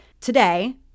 today